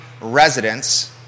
residents